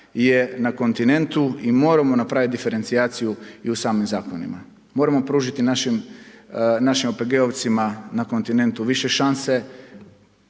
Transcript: je na kontinentu i moramo napraviti diferencijaciju i u samim zakonima. Moramo pružiti našim OPG-ovcima na kontinentu više šanse,